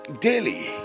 daily